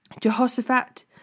Jehoshaphat